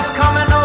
comment